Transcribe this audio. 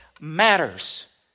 matters